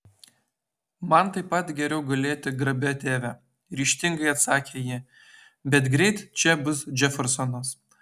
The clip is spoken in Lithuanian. man taip pat geriau gulėti grabe tėve ryžtingai atsakė ji bet greit čia bus džefersonas